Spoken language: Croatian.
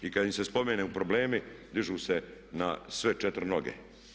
I kada im se spomenu problemi dižu se na sve četiri noge.